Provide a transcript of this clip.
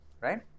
Right